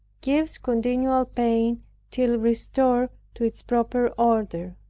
gives continual pain till restored to its proper order,